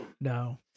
No